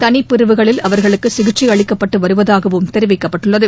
தனிப்பிரிவுகளில் அவர்களுக்கு சிகிச்சை அளிக்கப்பட்டு வருவதாகவும் தெரிவிக்கப்பட்டுள்ளது